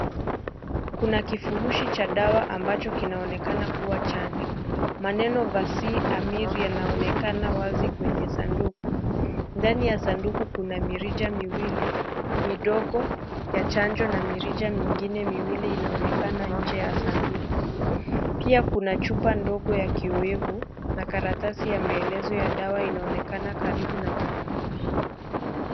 Kuna kivurushi cha dawa ambacho kinaonekana kuwa Chanjo . Maneno fasihi amiri yanaonekana wazi kwenye sanduku . Ndani ya sanduku kuna mirija miwili midogo ya chanjo na mirija mingine miwili inaonekana nje ya sanduku pia kuna chupa ndogo ya kiyoevu na karatasi ya maelezo ya dawa inaonekana karibu na kifurushi.